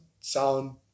sound